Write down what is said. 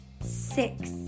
six